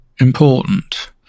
important